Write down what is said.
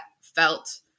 felt